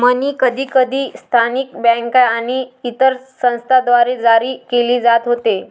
मनी कधीकधी स्थानिक बँका आणि इतर संस्थांद्वारे जारी केले जात होते